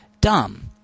dumb